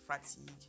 fatigue